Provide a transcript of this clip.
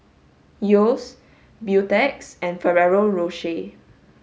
Yeo's Beautex and Ferrero Rocher